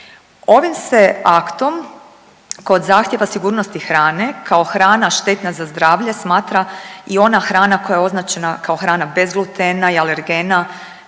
Ovim se aktom kod zahtjeva sigurnosti hrane kao hrana štetna za zdravlje smatra i ona hrana koja je označena kao bez glutena i alergena